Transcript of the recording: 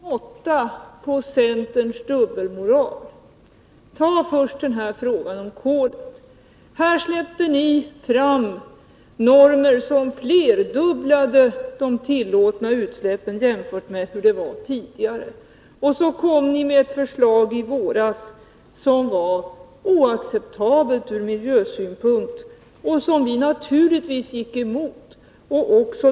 Herr talman! Ivar Franzéns anförande föranleder egentligen bara en kommentar, och det är att det väl ändå får vara någon måtta på centerns dubbelmoral. Ta först frågan om kolet. Här släppte ni fram normer som flerdubblade de tillåtna utsläppen jämfört med hur det var tidigare. Sedan kom ni i våras med ett förslag som var oacceptabelt ur miljösynpunkt och som vi naturligtvis gick emot.